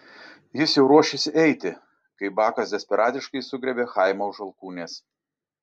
jis jau ruošėsi eiti kai bakas desperatiškai sugriebė chaimą už alkūnės